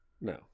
No